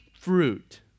fruit